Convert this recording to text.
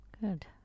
Good